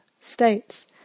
states